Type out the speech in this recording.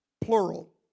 plural